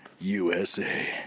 USA